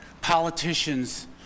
politicians